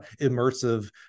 immersive